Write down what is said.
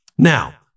Now